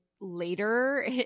later